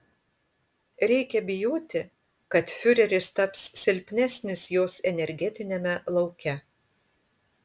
reikia bijoti kad fiureris taps silpnesnis jos energetiniame lauke